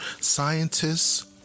scientists